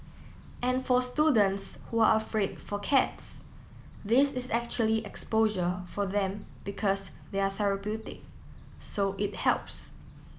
and for students who are afraid for cats this is actually exposure for them because they're therapeutic so it helps